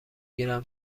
گیرم